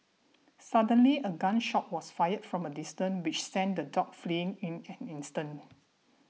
suddenly a gun shot was fired from a distance which sent the dogs fleeing in an instant